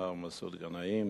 מר מסעוד גנאים,